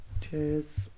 cheers